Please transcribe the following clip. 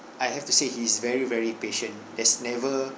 I have to say he's very very patient there's never